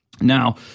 Now